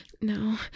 no